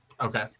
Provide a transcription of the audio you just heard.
Okay